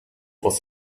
was